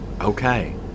okay